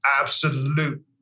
absolute